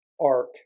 arc